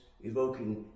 evoking